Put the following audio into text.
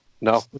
No